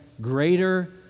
greater